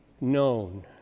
known